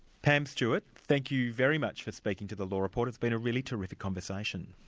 pam stewart, thank you very much for speaking to the law report, it's been a really terrific conversation.